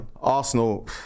Arsenal